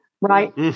right